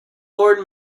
lord